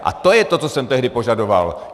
A to je to, co jsem tehdy požadoval.